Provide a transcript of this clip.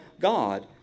God